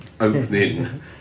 opening